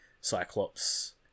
Cyclops